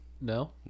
No